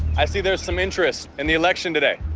i see there's some interest in the election today.